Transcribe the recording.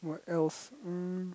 what else mm